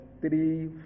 three